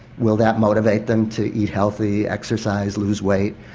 will that motivate them to eat healthy, exercise, lose weight?